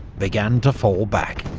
began to fall back.